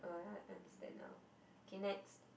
oh I understand now k next